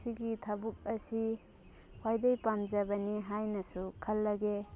ꯁꯤꯒꯤ ꯊꯕꯛ ꯑꯁꯤ ꯈ꯭ꯋꯥꯏꯗꯩ ꯄꯥꯝꯖꯕꯅꯤ ꯍꯥꯏꯅꯁꯨ ꯈꯜꯂꯒꯦ